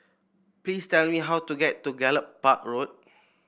please tell me how to get to Gallop Park Road